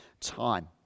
time